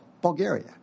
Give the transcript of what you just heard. Bulgaria